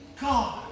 God